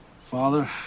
Father